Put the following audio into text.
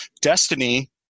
Destiny